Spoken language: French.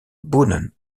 boonen